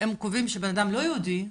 הם קובעים שבן אדם לא יהודי,